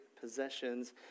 possessions